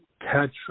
catch